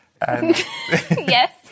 Yes